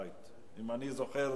חברי הבית, אם אני זוכר